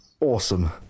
awesome